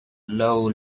low